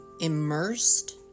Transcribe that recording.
immersed